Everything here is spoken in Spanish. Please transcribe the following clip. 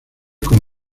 como